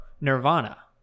Nirvana